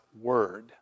word